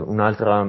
Un'altra